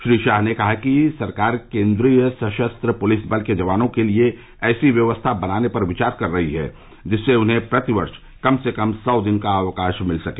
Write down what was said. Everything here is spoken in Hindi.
श्री शाह ने कहा कि सरकार केन्द्रीय सशस्त्र पुलिस बल के जवानों के लिए ऐसी व्यवस्था बनाने पर विचार कर रही है जिससे उन्हें प्रतिवर्ष कम से कम सौ दिन का अवकाश मिल सके